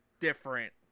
different